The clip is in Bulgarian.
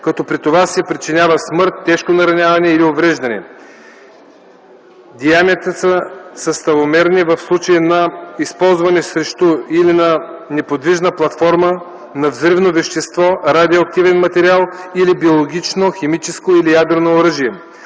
като при това се причинява смърт, тежко нараняване или увреждане. Деянията са съставомерни в случай на използване срещу или на неподвижна платформа на взривно вещество, радиоактивен материал или биологично, химическо или ядрено оръжие;